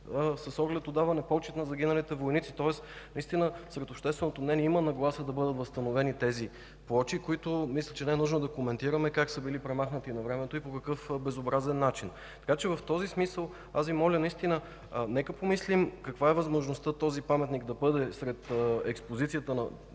с оглед отдаване почит на загиналите войници. Тоест сред обществото има нагласа да бъдат възстановени тези плочи, които не е нужно да коментирам как са били премахнати навремето и по какъв безобразен начин. В този смисъл аз Ви моля: нека помислим каква е възможността този паметник да бъде сред експозицията на